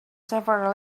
several